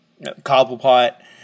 Cobblepot